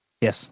Yes